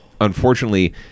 unfortunately